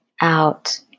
Out